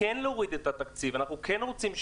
לחברת הכנסת קרן ברק אני קודם כל חושב